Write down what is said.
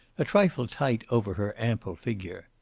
a trifle tight over her ample figure,